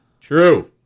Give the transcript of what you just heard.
True